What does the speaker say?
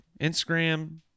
Instagram